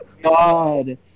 God